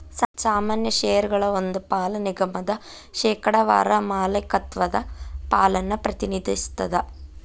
ಸಾಮಾನ್ಯ ಷೇರಗಳ ಒಂದ್ ಪಾಲ ನಿಗಮದ ಶೇಕಡಾವಾರ ಮಾಲೇಕತ್ವದ ಪಾಲನ್ನ ಪ್ರತಿನಿಧಿಸ್ತದ